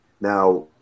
Now